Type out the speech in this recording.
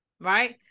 Right